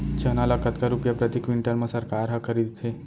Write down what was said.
चना ल कतका रुपिया प्रति क्विंटल म सरकार ह खरीदथे?